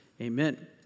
Amen